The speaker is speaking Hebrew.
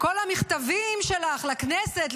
כל המכתבים שלך לכנסת,